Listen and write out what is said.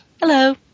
Hello